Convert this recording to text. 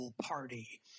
party